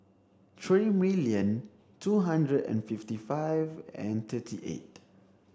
three million two hundred and fifty five and thirty eight